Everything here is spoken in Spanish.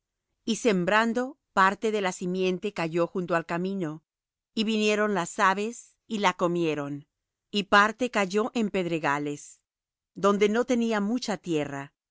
y sembrando parte de la simiente cayó junto al camino y vinieron las aves y la comieron y parte cayó en pedregales donde no tenía mucha tierra